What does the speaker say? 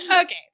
Okay